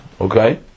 okay